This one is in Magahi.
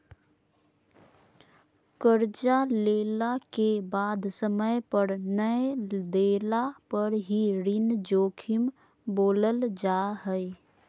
कर्जा लेला के बाद समय पर नय देला पर ही ऋण जोखिम बोलल जा हइ